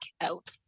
out